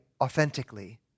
authentically